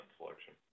selection